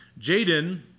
Jaden